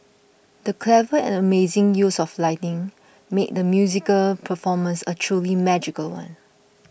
the clever and amazing use of lighting made the musical performance a truly magical one